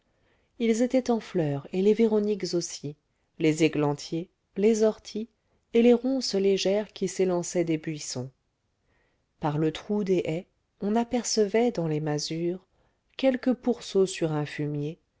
ils étaient en fleur et les véroniques aussi les églantiers les orties et les ronces légères qui s'élançaient des buissons par le trou des haies on apercevait dans les masures quelque pourceau sur un fumier